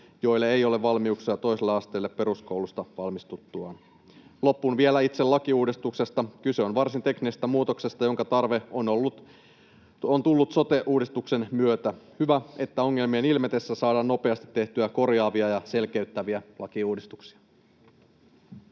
joilla ei ole valmiuksia toiselle asteelle peruskoulusta valmistuttuaan. Loppuun vielä itse lakiuudistuksesta: Kyse on varsin teknisestä muutoksesta, jonka tarve on tullut sote-uudistuksen myötä. On hyvä, että ongelmien ilmetessä saadaan nopeasti tehtyä korjaavia ja selkeyttäviä lakiuudistuksia.